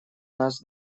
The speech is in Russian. нас